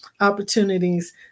opportunities